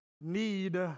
need